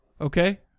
Okay